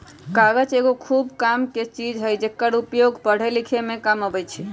कागज एगो खूब कामके चीज हइ जेकर उपयोग पढ़े लिखे में काम अबइ छइ